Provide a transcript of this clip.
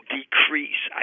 decrease